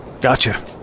gotcha